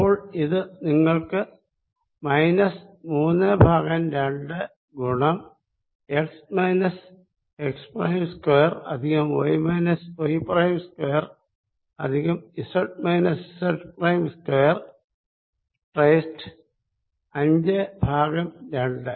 അപ്പോൾ ഇത് നിങ്ങൾക്ക് മൈനസ് മൂന്ന് ഭാഗം രണ്ട് ഗുണം x minus x prime square plus y minus y prime square plus z minus z prime square raised അഞ്ച് ഭാഗം രണ്ട്